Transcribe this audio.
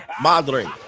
madre